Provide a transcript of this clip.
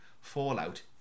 Fallout